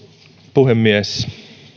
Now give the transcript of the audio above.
puhemies